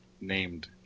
named